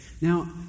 Now